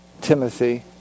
Timothy